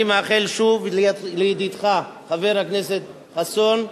אני מאחל שוב לידידך, חבר הכנסת החדש חסון,